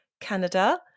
Canada